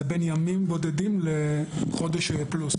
זה בין ימים בודדים לחודש פלוס.